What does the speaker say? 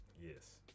yes